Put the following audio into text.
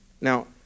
Now